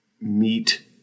meet